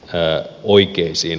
tää huikeisiin